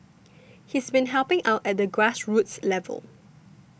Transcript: he's been helping out at the grassroots level